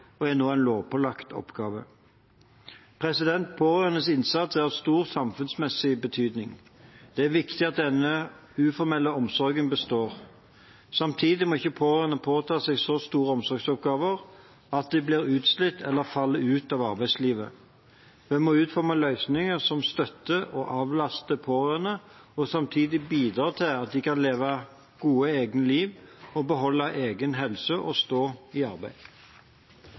og er nå en lovpålagt oppgave. Pårørendes innsats er av stor samfunnsmessig betydning. Det er viktig at denne uformelle omsorgen består. Samtidig må ikke pårørende påta seg så store omsorgsoppgaver at de blir utslitt eller faller ut av arbeidslivet. En må utforme løsninger som støtter og avlaster pårørende og samtidig bidrar til at de kan leve et godt eget liv, beholde egen helse og stå i arbeid.